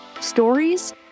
Stories